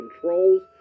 controls